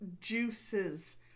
juices